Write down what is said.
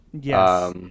Yes